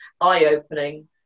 eye-opening